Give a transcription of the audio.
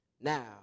Now